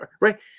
right